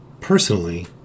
Personally